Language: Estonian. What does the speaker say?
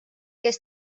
kes